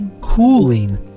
cooling